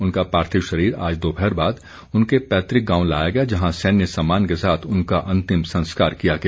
उनका पार्थिव शरीर आज दोपहर बाद उनके पैतृक गांव लाया गया जहां सैन्य सम्मान के साथ उनका अंतिम संस्कार किया गया